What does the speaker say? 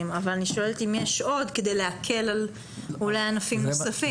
אבל אני שואלת אם יש עוד כדי להקל על ענפים נוספים?